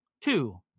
two